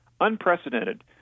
unprecedented